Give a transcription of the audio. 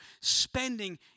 spending